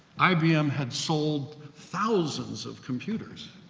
ibm had sold thousands of computers